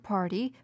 Party